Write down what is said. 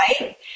right